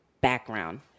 background